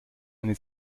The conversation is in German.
eine